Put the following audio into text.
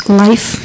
life